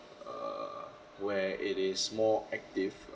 err where it is more active